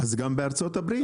אז גם בארצות הברית,